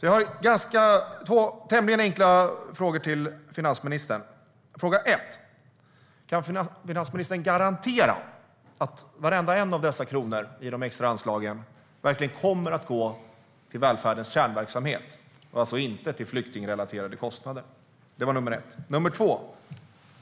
Jag har två tämligen enkla frågor till finansministern: Kan finansministern garantera att varenda en av dessa kronor i de extra anslagen verkligen kommer att gå till välfärdens kärnverksamhet och alltså inte till flyktingrelaterade kostnader?